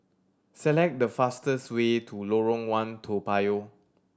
select the fastest way to Lorong One Toa Payoh